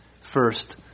first